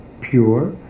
pure